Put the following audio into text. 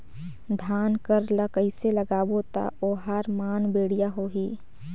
धान कर ला कइसे लगाबो ता ओहार मान बेडिया होही?